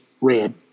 red